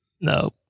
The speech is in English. No